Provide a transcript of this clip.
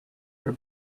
were